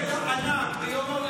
יש לך יומולדת היום,